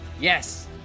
yes